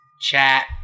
chat